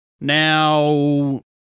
Now